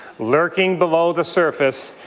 lurking below the surface,